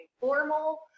Formal